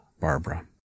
Barbara